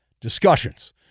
discussions